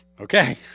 Okay